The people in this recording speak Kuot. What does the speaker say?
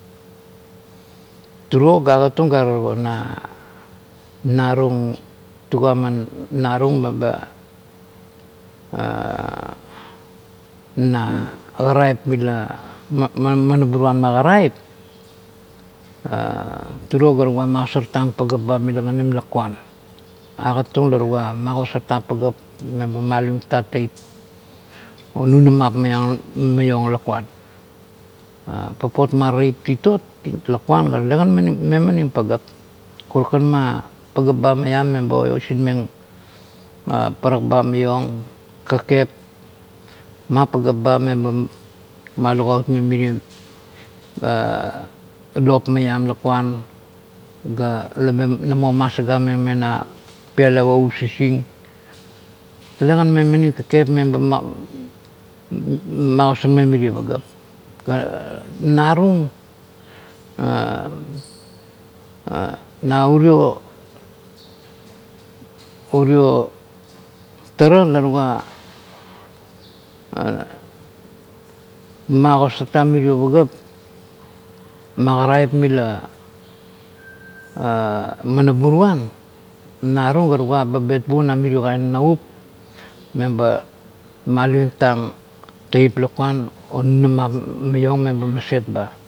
Turuo ga agatung gare tago, na rung, tuga man narung meba, na karaip mila man ubipang na karaip turo la tugua magosavetang pagap ba mila kanim lakuan. Agatung la tugua magosartang pagap meba ma alivimtang teip un nunamiap lakuan. Papot ma tep titot lakuan la tetakan memaning pagap, karukan ma pagap ba maiammeba oisinmeng parak ba maiong. Kakep mapagap ba meba ma lukautmeng merie log maiam lakuan ga la ba namo masagaming uena pialap o sising, talekan memaning kakep. Meba magosarmeng urie pagap, ga uarung na urio urio tara la tugua magosartang mirio pagap ma karaip mila manaburuan narung gatugua be betbung na mirio kain navuk meba me alivimtang tuip lakuan ba o munamap maiong me ba maset ba.